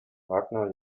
wagner